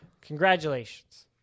congratulations